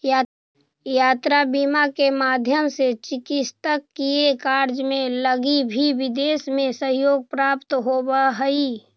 यात्रा बीमा के माध्यम से चिकित्सकीय कार्य लगी भी विदेश में सहयोग प्राप्त होवऽ हइ